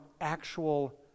actual